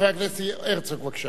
חבר הכנסת הרצוג, בבקשה.